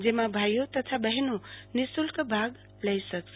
જેમાં ભાઈઓ તથા બહેનો નિશુલ્ક ભાગ લઈ શકશે